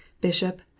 Bishop